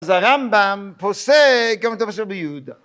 זה הרמב״ם, פוסק, כמו אתה חושב ביהודה